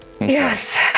Yes